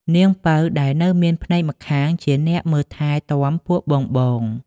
នាងពៅដែលនៅមានភ្នែកម្ខាងជាអ្នកមើលថែទាំពួកបងៗ។